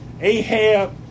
Ahab